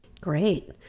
Great